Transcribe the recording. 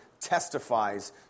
testifies